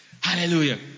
Hallelujah